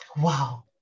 Wow